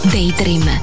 Daydream